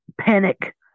panic